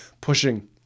pushing